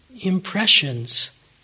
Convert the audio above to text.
impressions